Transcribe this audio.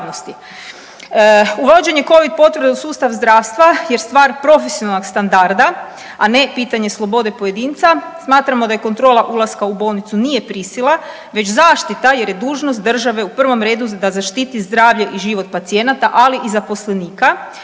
Uvođenje covid potvrde u sustav zdravstva je stvar profesionalnog standarda, a ne pitanje slobode pojedinca. Smatramo da kontrola ulaska u bolnicu nije prisila već zaštita jer je dužnost države u prvom redu da zaštiti zdravlje i život pacijenata, ali i zaposlenika,